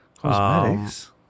Cosmetics